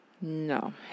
No